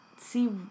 see